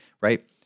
right